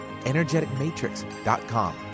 energeticmatrix.com